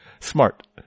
smart